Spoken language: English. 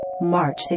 March